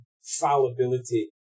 fallibility